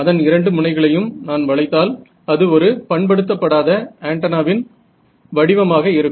அதன் இரண்டு முனைகளையும் நான் வளைத்தால் அது ஒரு பண்படுத்தப்படாத ஆன்டென்னாவின் வடிவமாக இருக்கும்